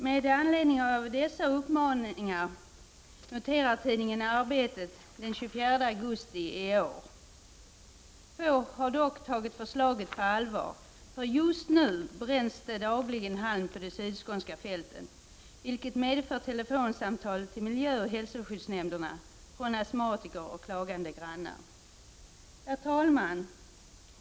Med anledning av dessa uppmaningar noterar tidningen Arbetet den 24 augusti i år: ”Få har dock tagit förslaget på allvar för just nu bränns det dagligen halm på de sydskånska fälten, vilket medför telefonsamtal till miljöoch hälsoskyddsnämnderna från astmatiker och klagande grannar”. Herr talman!